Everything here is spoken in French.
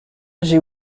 j’ai